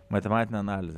matematinė analizė